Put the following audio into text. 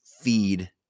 feed